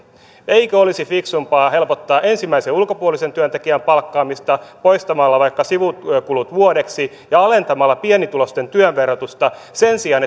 eikö olisi fiksumpaa helpottaa ensimmäisen ulkopuolisen työntekijän palkkaamista poistamalla vaikka sivutyökulut vuodeksi ja alentamalla pienituloisten työn verotusta sen sijaan